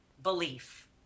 belief